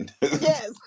yes